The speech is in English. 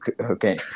Okay